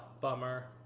Bummer